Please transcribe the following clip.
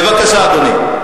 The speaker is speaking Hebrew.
בבקשה, אדוני.